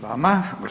vama.